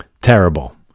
terrible